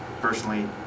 personally